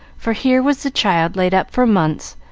for here was the child laid up for months,